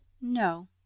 no